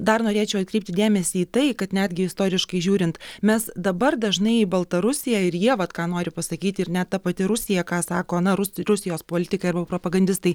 dar norėčiau atkreipti dėmesį į tai kad netgi istoriškai žiūrint mes dabar dažnai į baltarusiją ir jie vat ką nori pasakyti ir net ta pati rusija ką sako na rus rusijos politikai arba propagandistai